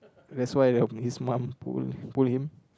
that's why the his mum pull pull him